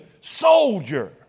soldier